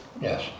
Yes